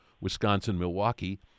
Wisconsin-Milwaukee